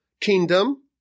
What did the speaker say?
kingdom